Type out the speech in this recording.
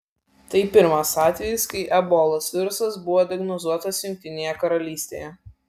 tai pirmas atvejis kai ebolos virusas buvo diagnozuotas jungtinėje karalystėje